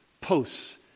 posts